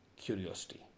curiosity